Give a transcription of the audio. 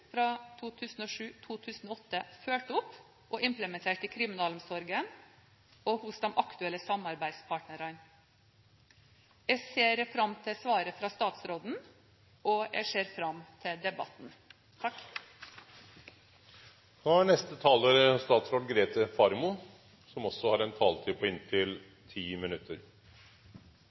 fulgt opp og implementert i kriminalomsorgen og hos de aktuelle samarbeidspartene? Jeg ser fram til svaret fra statsråden, og jeg ser fram til debatten. Først vil jeg få takke for spørsmålet. Det gir meg anledning til å snakke om noe vi har